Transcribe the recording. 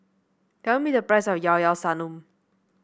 tell me the price of Llao Llao Sanum